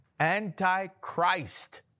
anti-Christ